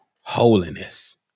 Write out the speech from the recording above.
holiness